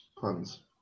puns